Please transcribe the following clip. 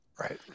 right